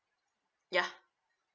ya